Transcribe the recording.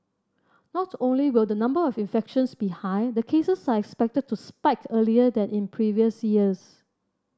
not only will the number of infections be high the cases are expected to spike earlier than in previous years